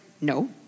no